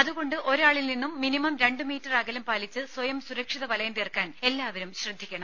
അത്കൊണ്ട് ഒരാളിൽ നിന്നും മിനിമം രണ്ടു മീറ്റർ അകലം പാലിച്ച് സ്വയം സുരക്ഷിത വലയം തീർക്കാൻ എല്ലാവരും ശ്രദ്ധിക്കണം